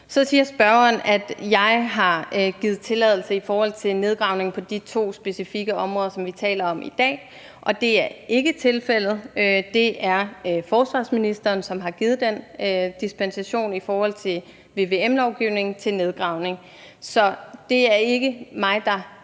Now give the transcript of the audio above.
Så siger spørgeren, at jeg har givet tilladelse i forhold til nedgravning på de to specifikke områder, som vi taler om i dag, og det er ikke tilfældet. Det er forsvarsministeren, som har givet den dispensation i forhold til vvm-lovgivningen til nedgravning. Så det er ikke mig, der